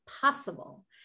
possible